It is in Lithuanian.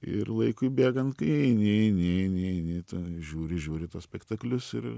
ir laikui bėgant kai eini eini eini eini tu žiūri žiūri tuos spektaklius ir